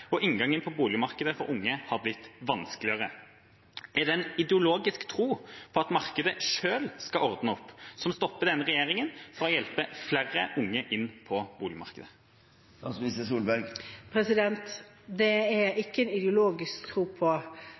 og inngangen til boligmarkedet for unge har blitt vanskeligere. Er det en ideologisk tro på at markedet selv skal ordne opp, som stopper denne regjeringa fra å hjelpe flere unge inn på boligmarkedet? Det er ikke en ideologisk tro på